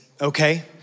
okay